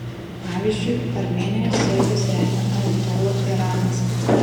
pavyzdžiui armėnijos siekius remia ajatolų iranas